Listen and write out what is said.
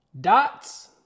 Dots